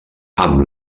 amb